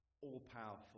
all-powerful